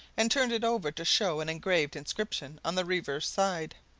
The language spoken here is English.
and turned it over to show an engraved inscription on the reverse side.